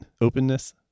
openness